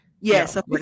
yes